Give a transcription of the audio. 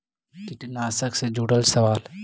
कीटनाशक से जुड़ल सवाल?